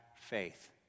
faith